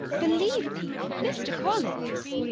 believe me, mr. collins